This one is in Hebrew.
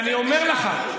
אני אומר לך,